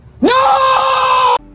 No